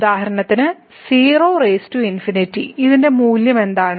ഉദാഹരണത്തിന് ഇത് 0∞ ന്റെ മൂല്യം എന്താണ്